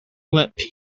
let